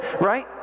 right